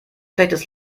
schlechtes